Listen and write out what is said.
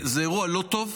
זה אירוע לא טוב,